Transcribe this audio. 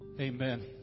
Amen